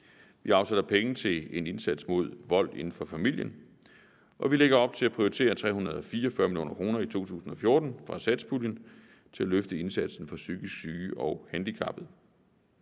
Vi afsætter penge til en indsats mod vold inden for familien, og vi lægger op til at prioritere 344 mio. kr. i 2014 fra satspuljen til at løfte indsatsen for psykisk syge og handicappede.